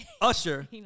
Usher